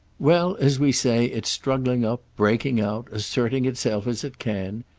well, as we say, it's struggling up, breaking out, asserting itself as it can.